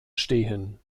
stehen